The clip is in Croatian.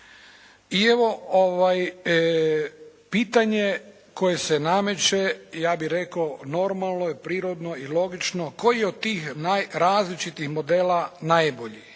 I evo, pitanje koje se nameće ja bih rekao, normalno je, prirodno i logično koji je od tih različitih modela najbolji?